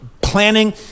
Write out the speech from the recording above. planning